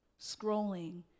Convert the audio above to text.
scrolling